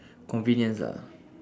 convenience ah